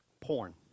Porn